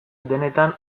denetan